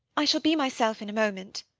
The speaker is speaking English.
i shall be myself in a moment.